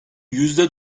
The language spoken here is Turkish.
yüzde